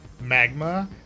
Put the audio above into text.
Magma